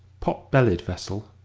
pot-bellied vessel,